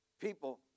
people